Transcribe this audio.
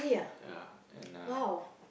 yea and uh